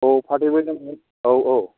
औ फाथैबो जों औ औ